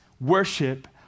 worship